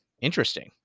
interesting